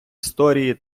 історії